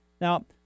Now